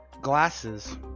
Glasses